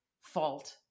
fault